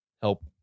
help